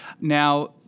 Now